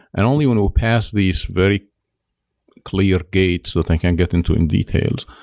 and only when we pass these very clear gates that i can get into in details,